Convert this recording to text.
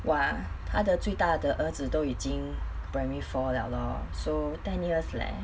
!wah! 他的最大的儿子都已经 primary four liao lor so ten years leh